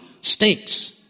stinks